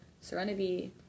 serenity